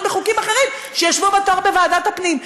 בחוקים אחרים שישבו בתור בוועדת הפנים.